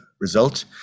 result